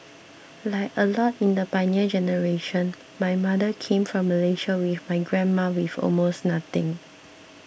like a lot in the Pioneer Generation my mother came from Malaysia with my grandma with almost nothing